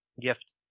gift